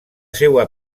seua